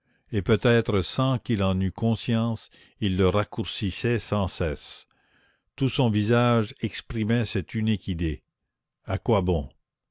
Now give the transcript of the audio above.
et peut-être sans qu'il en eût conscience il le raccourcissait sans cesse tout son visage exprimait cette unique idée à quoi bon